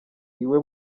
iwe